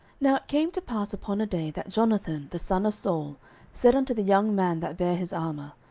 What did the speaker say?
now it came to pass upon a day, that jonathan the son of saul said unto the young man that bare his armour,